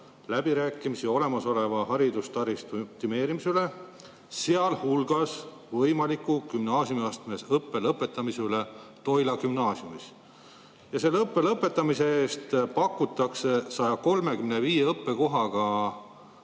läbirääkimisi olemasoleva Toila haridustaristu optimeerimise üle, sealhulgas võimalikku gümnaasiumiastmes õppe lõpetamise üle Toila Gümnaasiumis […]" Selle õppe lõpetamise eest pakutakse 135 õppekohaga